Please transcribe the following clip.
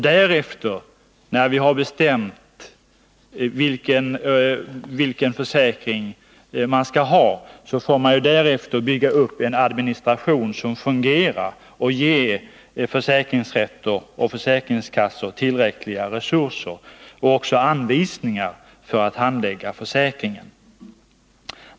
Därefter, när vi har bestämt vilken försäkring vi skall ha, får vi bygga upp en administration som fungerar, ge försäkringsrätter och försäkringskassor tillräckliga resurser och anvisning om hur man skall handlägga ärenden som rör försäkringen.